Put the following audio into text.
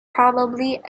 probably